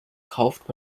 kauft